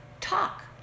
talk